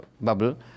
bubble